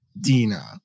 Dina